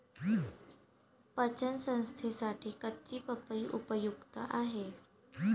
पचन संस्थेसाठी कच्ची पपई उपयुक्त आहे